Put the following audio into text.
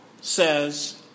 says